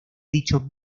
dicho